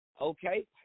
okay